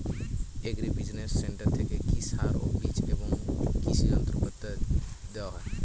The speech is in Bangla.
এগ্রি বিজিনেস সেন্টার থেকে কি সার ও বিজ এবং কৃষি যন্ত্র পাতি দেওয়া হয়?